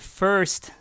first